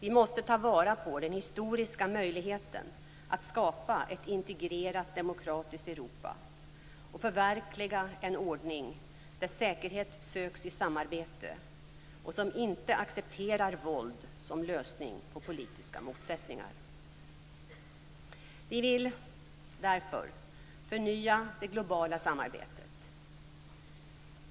Vi måste ta vara på den historiska möjligheten att skapa ett integrerat demokratiskt Europa och förverkliga en ordning där säkerhet söks i samarbete och som inte accepterar våld som lösning på politiska motsättningar. Vi vill därför förnya det globala samarbetet.